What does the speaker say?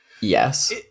Yes